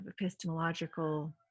epistemological